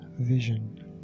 vision